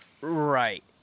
Right